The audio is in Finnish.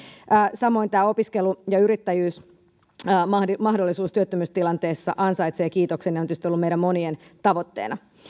samoin tämä opiskelu ja yrittäjyysmahdollisuus työttömyystilanteessa ansaitsee kiitoksen ja on tietysti ollut meidän monien tavoitteena